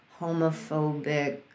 homophobic